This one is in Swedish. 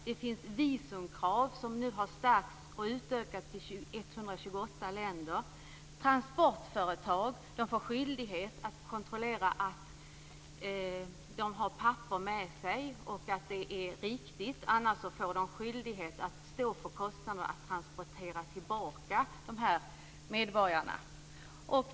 Det finns visumkrav, som nu har stärkts och utökats till 128 länder. Transportföretag får skyldighet att kontrollera att folk har papper med sig och att det är riktigt. Annars får de skyldighet att stå för kostnaden för att transportera tillbaka de här medborgarna.